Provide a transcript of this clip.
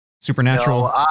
Supernatural